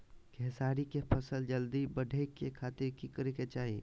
खेसारी के फसल जल्दी बड़े के खातिर की करे के चाही?